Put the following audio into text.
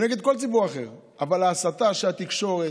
ונגד כל ציבור אחר, אבל ההסתה של התקשורת,